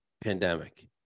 pandemic